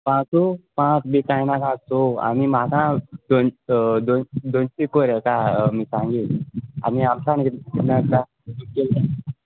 पांचू पांच बी कांय नाका सो आनी म्हाका दोन दोन दोनशी कोर हेका मिरसांगे आनी आमटाण कितली कितली आसा